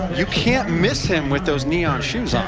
you can't miss him with those neon shoes. um